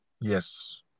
Yes